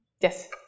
Yes